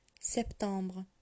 Septembre